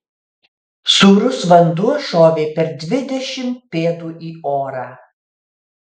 sūrus vanduo šovė per dvidešimt pėdų į orą